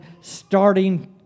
starting